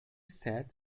sat